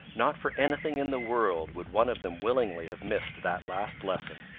not for anything in the world would one of them willingly have missed that last lesson.